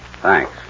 Thanks